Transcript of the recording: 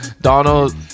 Donald